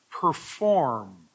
perform